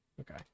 Okay